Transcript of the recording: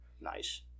Nice